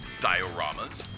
dioramas